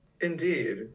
indeed